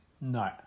No